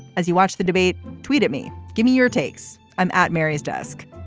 as you watch the debate tweeted me give me your takes. i'm at mary's desk.